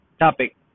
topic